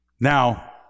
Now